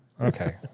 Okay